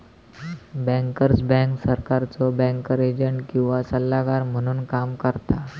bankers bank सरकारचो banker agent किंवा सल्लागार म्हणून काम करता